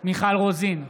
מיכל רוזין,